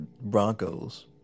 Broncos